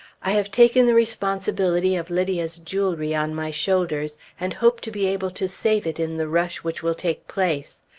i have taken the responsibility of lydia's jewelry on my shoulders, and hope to be able to save it in the rush which will take place.